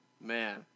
man